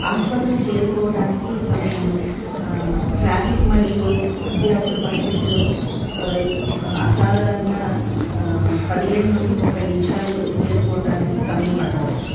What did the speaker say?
ఆసుపత్రులు చేరుకోవటానికి సమయము ట్రాఫిక్ మరియు అత్యవసర పరిస్థితిలో అసాధరంగా పదిహేను నుండి ముప్పై నిమిషాలు చేరుకోవటానికి సమయం పట్టవచ్చు